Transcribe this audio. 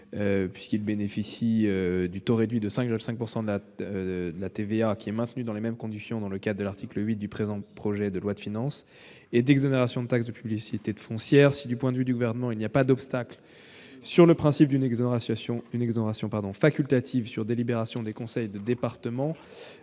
puisqu'il bénéficie du taux réduit de 5,5 % de TVA, lequel est maintenu dans les mêmes conditions dans le cadre de l'article 8 du présent projet de loi de finances, et d'une exonération de la taxe de publicité foncière. Si le Gouvernement ne voit pas d'obstacle au principe d'une exonération facultative, sur délibération des conseils de département,